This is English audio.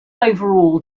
overall